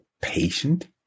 patient